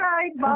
Bye